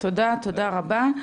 תודה, תודה רבה.